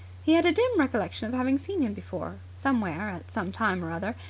he had a dim recollection of having seen him before somewhere at some time or other,